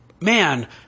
man